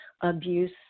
abuse